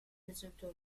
presentò